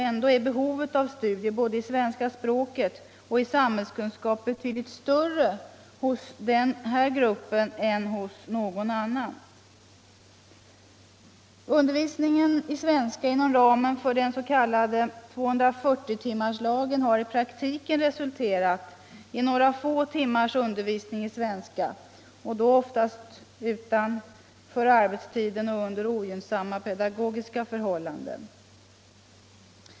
Ändå är behovet av studier både i svenska språket och i samhällskunskap betydligt större hos den gruppen än hos någon annan. Undervisningen i svenska inom ramen för den s.k. 240-timmarslagen har i praktiken resulterat i några få timmars undervisning i svenska, då oftast utanför arbetstiden och under ogynnsamma pedagogiska förhållanden.